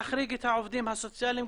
להחריג את העובדים הסוציאליים,